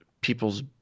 people's